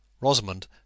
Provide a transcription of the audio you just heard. Rosamond